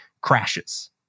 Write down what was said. crashes